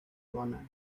runner